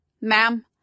Ma'am